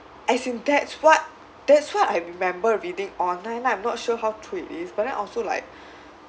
as in that's what that's what I remember reading online then I'm not sure how true it is but then also like